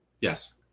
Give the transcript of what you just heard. Yes